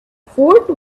fort